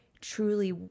truly